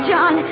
John